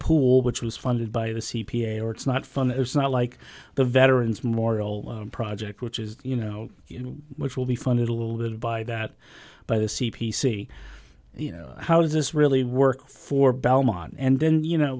pool which was funded by the c p a or it's not fun it's not like the veterans memorial project which is you know which will be funded a little bit by that by the c p c you know how does this really work for belmont and then you know